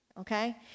Okay